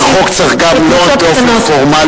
כדי להפר חוק צריך לא רק באופן פורמלי,